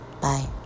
Bye